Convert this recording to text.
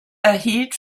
erhielt